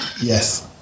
Yes